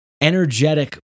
energetic